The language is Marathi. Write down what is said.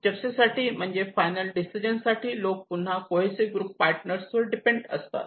चर्चेसाठी म्हणजे फायनल डिसिजन साठी लोक पुन्हा कोहेसिव्ह ग्रुप्स पार्टनर वर डिपेंड असतात